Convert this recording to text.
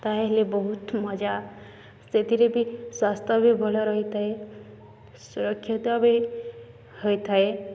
ତାହେଲେ ବହୁତ ମଜା ସେଥିରେ ବି ସ୍ୱାସ୍ଥ୍ୟ ବି ଭଲ ରହିଥାଏ ସୁରକ୍ଷତା ବି ହୋଇଥାଏ